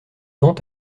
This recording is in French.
vente